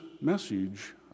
message